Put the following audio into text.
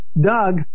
Doug